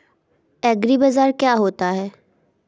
एग्रीबाजार क्या होता है?